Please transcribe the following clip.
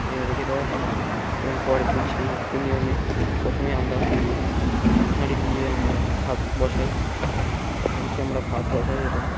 রেখে দেওয়া হয় এবং পরের দিন সেই একই নিয়মে প্রথমে আমরা হাঁড়ি দিয়ে আমরা ভাত বসাই হাঁড়িতে আমরা ভাত বসাই এবং